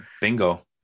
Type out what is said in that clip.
Bingo